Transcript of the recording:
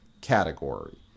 category